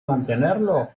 mantenerlo